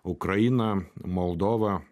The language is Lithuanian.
ukraina moldova